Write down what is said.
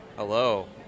Hello